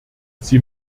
sie